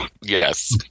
yes